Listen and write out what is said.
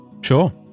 Sure